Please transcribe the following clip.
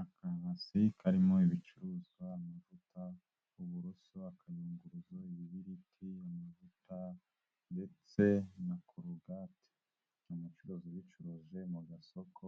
Akabasi karimo ibicuruzwa: amavuta, uburoso, akayunguruzo, ibibiriti, amavuta ndetse na korogate, ni umucuruzi ubicuruje mu gasoko